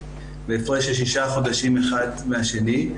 בהפרש של שישה חודשים אחד מהשני,